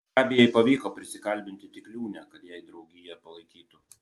gabijai pavyko prisikalbinti tik liūnę kad jai draugiją palaikytų